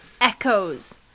echoes